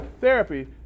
therapy